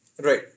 Right